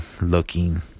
looking